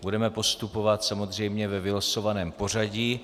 Budeme postupovat samozřejmě ve vylosovaném pořadí.